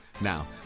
Now